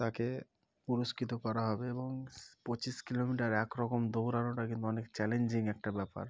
তাকে পুরস্কৃত করা হবে এবং পঁচিশ কিলোমিটার একরকম দৌড়ানোটা কিন্তু অনেক চ্যালেঞ্জিং একটা ব্যাপার